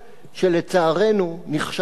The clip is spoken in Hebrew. שלצערנו נכשל בטסט.